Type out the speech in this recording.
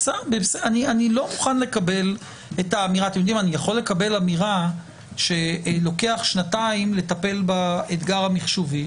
אני יכול לקבל אמירה שלוקח שנתיים לטפל באתגר המחשובי,